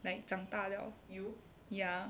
like 长大了 ya